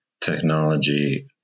Technology